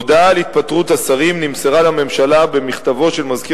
הודעה על התפטרות השרים נמסרה לממשלה במכתבו של מזכיר